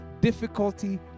difficulty